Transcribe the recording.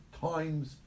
times